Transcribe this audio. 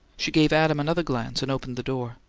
she gave adam another glance and opened the door.